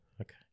Okay